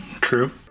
true